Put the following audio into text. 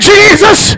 Jesus